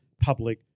public